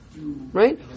right